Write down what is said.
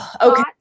Okay